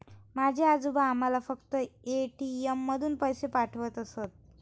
माझे आजोबा आम्हाला फक्त ए.टी.एम मधून पैसे पाठवत असत